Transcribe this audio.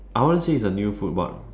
I won't say it's a new food but